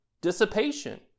Dissipation